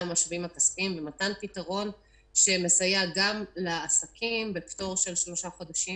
במשאבים כספיים למתן פתרון שמסייע גם לעסקים בפטור משלושה חודשים